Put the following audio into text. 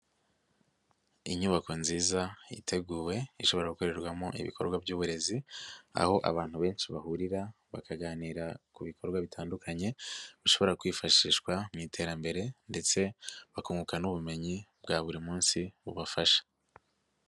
Inyubako nziza iteguwe ishobora gukorerwamo ibikorwa by'uburezi aho abantu benshi bahurira bakaganira ku bikorwa bitandukanye bishobora kwifashishwa mu iterambere ndetse bakunguka n'ubumenyi bwa buri munsi bubafasha.